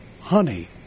honey